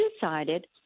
decided